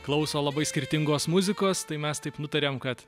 klauso labai skirtingos muzikos tai mes taip nutarėm kad